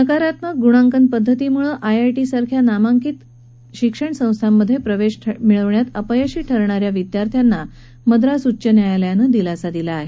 नकारात्मक गुणांकन पद्धतीमुळे आयआयटी सारख्या नामांकित शिक्षण संस्थांमध्ये प्रवेश मिळवण्यात अपयशी ठरणाऱ्या विद्यार्थ्यांना मद्रास उच्च न्यायालयानं दिलासा दिला आहे